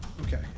okay